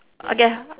okay